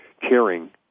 caring